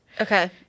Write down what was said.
Okay